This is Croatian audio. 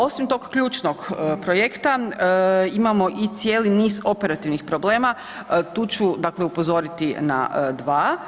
Osim tog ključnog projekta imamo i cijeli niz operativnih problema, tu ću upozoriti na dva.